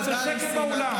אני רוצה שקט באולם.